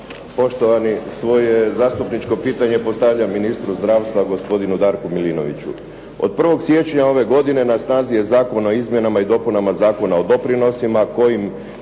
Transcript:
Poštovani, svoje zastupničko pitanje postavljam ministru zdravstva, gospodinu Darku Milinoviću. Od 1. siječnja ove godine na snazi je Zakon o izmjenama i dopunama Zakona o doprinosima kojim